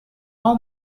all